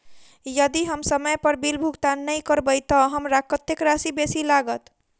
यदि हम समय पर बिल भुगतान नै करबै तऽ हमरा कत्तेक राशि बेसी लागत?